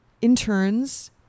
interns